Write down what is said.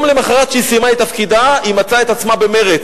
למחרת היום שבו סיימה את תפקידה היא מצאה את עצמה במרצ.